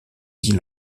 dix